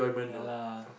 ya lah